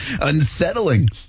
Unsettling